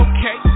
Okay